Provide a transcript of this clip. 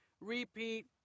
repeat